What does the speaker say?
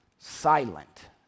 Silent